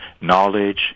knowledge